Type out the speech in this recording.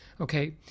okay